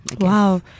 Wow